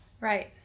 Right